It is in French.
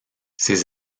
ses